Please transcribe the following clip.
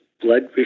blood